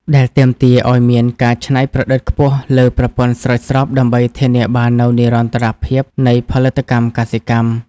ដែលទាមទារឱ្យមានការច្នៃប្រឌិតខ្ពស់លើប្រព័ន្ធស្រោចស្រពដើម្បីធានាបាននូវនិរន្តរភាពនៃផលិតកម្មកសិកម្ម។